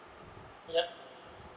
yup